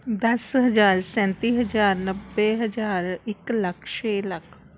ਦਸ ਹਜ਼ਾਰ ਸੈਂਤੀ ਹਜ਼ਾਰ ਨੱਬੇ ਹਜ਼ਾਰ ਇੱਕ ਲੱਖ ਛੇ ਲੱਖ